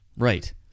Right